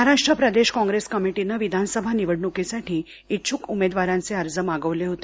महाराष्ट्र प्रदेश काँग्रेस कमिटीने विधानसभा निवडणुकीसाठी इच्छुक उमेदवारांचे अर्ज मागवले होते